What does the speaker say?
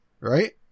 right